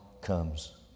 comes